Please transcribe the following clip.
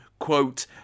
quote